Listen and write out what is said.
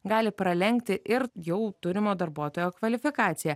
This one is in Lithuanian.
gali pralenkti ir jau turimo darbuotojo kvalifikaciją